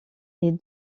est